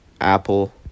apple